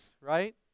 right